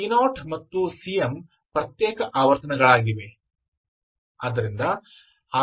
c0 ಮತ್ತು cm ಪ್ರತ್ಯೇಕ ಆವರ್ತನಗಳಾಗಿವೆ